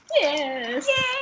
Yes